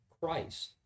Christ